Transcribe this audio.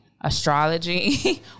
Astrology